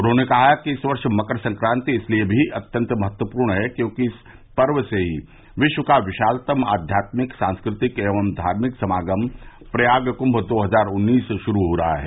उन्होंने कहा कि इस वर्ष मकर संक्रांति इसलिये भी अत्यन्त महत्वपूर्ण है क्योंकि इस पर्व से ही विश्व का विशालतम अध्यात्मिक सांस्कृतिक एवं धार्मिक समागम प्रयागराज कुंग दो हजार उन्नीस शुरू हो रहा है